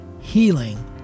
healing